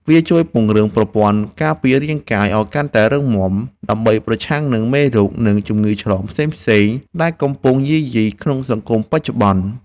វាជួយពង្រឹងប្រព័ន្ធការពាររាងកាយឱ្យកាន់តែរឹងមាំ ដើម្បីប្រឆាំងនឹងមេរោគ និងជំងឺឆ្លងផ្សេងៗដែលកំពុងយាយីក្នុងសង្គមបច្ចុប្បន្ន។